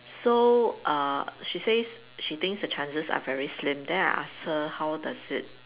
so uh she says she thinks the chances are very slim then I asked her how does it